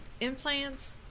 implants